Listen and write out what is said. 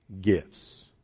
gifts